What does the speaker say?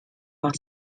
war